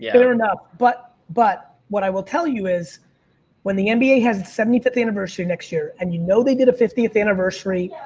yeah fair enough. but but what i will tell you is when the and nba has its seventy fifth anniversary next year, and you know they did a fiftieth anniversary